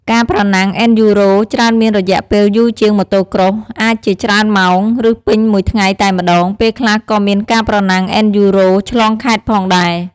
ការប្រណាំង អេនឌ្យូរ៉ូ (Enduro) ច្រើនមានរយៈពេលយូរជាង Motocross អាចជាច្រើនម៉ោង ឬពេញមួយថ្ងៃតែម្តង ពេលខ្លះក៏មានការប្រណាំង អេនឌ្យូរ៉ូ (Enduro) ឆ្លងខេត្តផងដែរ។